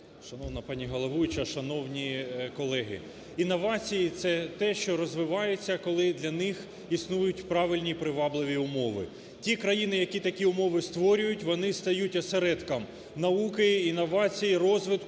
Шановна пані головуюча, шановні колеги. Інновації – це те, що розвивається, коли для них існують правильні і привабливі умови. Ті країни, які такі умови створюють, вони стають осередком науки, інновацій, розвитку